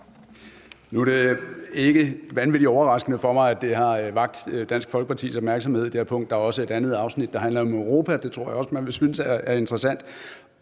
Nu er det ikke vanvittig overraskende for mig, at det her punkt har vakt Dansk Folkepartis opmærksomhed. Der er også et andet afsnit, der handler om Europa, som jeg også tror man vil synes er interessant,